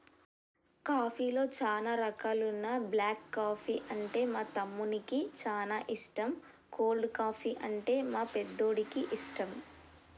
కాఫీలో చానా రకాలున్న బ్లాక్ కాఫీ అంటే మా తమ్మునికి చానా ఇష్టం, కోల్డ్ కాఫీ, అంటే మా పెద్దోడికి ఇష్టం